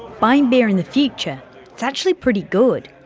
buying beer in the future is actually pretty good!